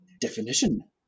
Definition